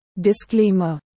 Disclaimer